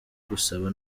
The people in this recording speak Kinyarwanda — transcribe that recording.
gusaba